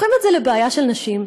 הופכים את זה לבעיה של נשים,